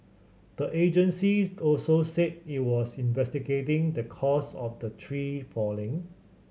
the agency also said it was investigating the cause of the tree falling